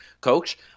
coach